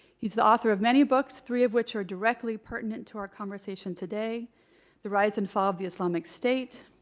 he's the author of many books, three of which are directly pertinent to our conversation today the rise and fall of the islamic state,